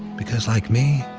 because like me,